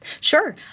Sure